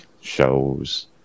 shows